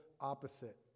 opposite